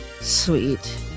Sweet